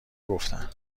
گفتن